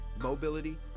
mobility